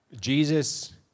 Jesus